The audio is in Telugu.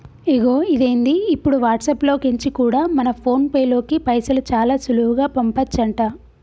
అగొ ఇదేంది ఇప్పుడు వాట్సాప్ లో కెంచి కూడా మన ఫోన్ పేలోకి పైసలు చాలా సులువుగా పంపచంట